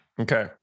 Okay